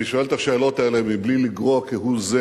אני שואל את השאלות האלה מבלי לגרוע כהוא זה